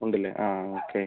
ഉണ്ടല്ലേ ആ ഓക്കെ